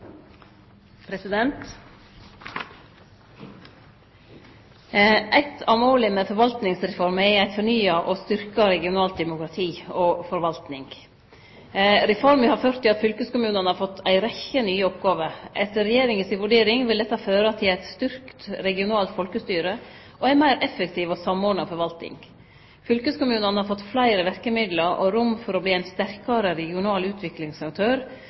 regionalt demokrati og forvalting. Reforma har ført til at fylkeskommunane har fått ei rekkje nye oppgåver. Etter Regjeringa si vurdering vil dette føre til eit styrkt regionalt folkestyre og ei meir effektiv og samordna forvalting. Fylkeskommunane har fått fleire verkemiddel og rom for å verte ein sterkare regional utviklingsaktør